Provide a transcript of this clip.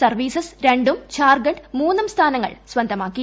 സർപ്പീസസ് രണ്ടും ഝാർഖണ്ഡ് മൂന്നും സ്ഥാനങ്ങൾ സ്വന്തമാക്കി